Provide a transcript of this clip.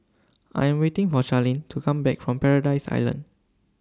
I Am waiting For Charleen to Come Back from Paradise Island